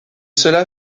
cela